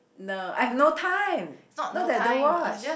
no I've no time not that I don't watch